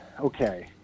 okay